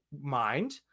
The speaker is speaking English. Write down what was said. mind